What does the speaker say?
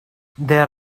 there